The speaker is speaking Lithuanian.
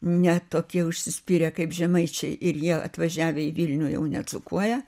ne tokie užsispyrę kaip žemaičiai ir jie atvažiavę į vilnių jau nedzūkuoja